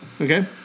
Okay